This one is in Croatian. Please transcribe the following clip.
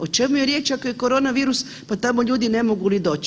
O čemu je riječ ako je korona virus pa tamo ljudi ne mogu ni doć?